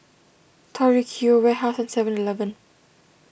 Tori Q Warehouse and Seven Eleven